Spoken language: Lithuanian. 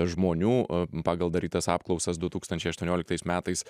žmonių pagal darytas apklausas du tūkstančiai aštuonioliktas metais